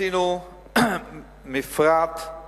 עשינו מפרט של